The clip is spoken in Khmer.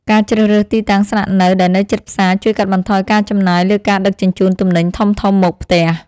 ការជ្រើសរើសទីតាំងស្នាក់នៅដែលនៅជិតផ្សារជួយកាត់បន្ថយការចំណាយលើការដឹកជញ្ជូនទំនិញធំៗមកផ្ទះ។